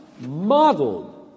modeled